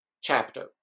chapter